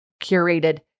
curated